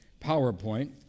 PowerPoint